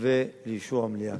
ולאישור המליאה.